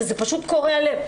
זה פשוט קורע לב.